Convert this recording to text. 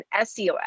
SEO